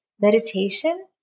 Meditation